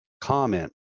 comment